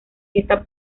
fiesta